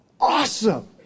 Awesome